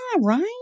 right